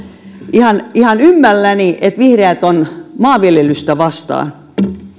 ihan ihan ymmälläni että vihreät ovat maanviljelystä vastaan